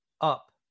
up